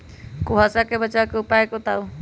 कुहासा से बचाव के उपाय बताऊ?